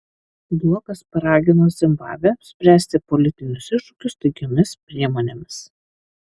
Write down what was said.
blokas paragino zimbabvę spręsti politinius iššūkius taikiomis priemonėmis